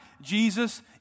Jesus